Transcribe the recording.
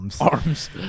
arms